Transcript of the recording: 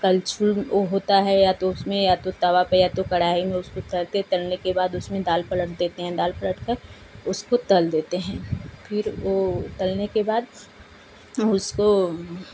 कलछुल होता है उसमें या तो तवा में या तो कढ़ाई में उसे तलते हैं तलने के बाद उसमें दाल पलट देते हैं दाल पलट कर उसको तल देते हैं फिर वो तलने के बाद उसको